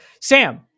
sam